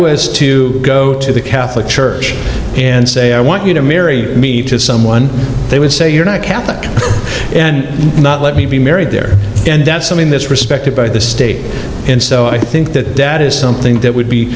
was to go to the catholic church and say i want you to marry me to someone they would say you're not catholic and not let me be married there and that's something this respected by the state and so i think that that is something that would be